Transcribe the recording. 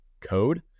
code